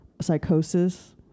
psychosis